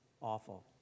awful